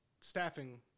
staffing